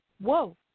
whoa